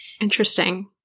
Interesting